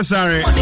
sorry